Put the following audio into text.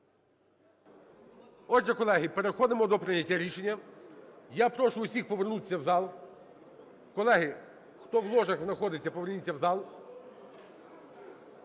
Отже, колеги, переходимо до прийняття рішення. Я прошу усіх повернутися в зал. Колеги, хто в ложах знаходиться, поверніться в зал.